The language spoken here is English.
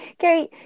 Carrie